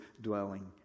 dwelling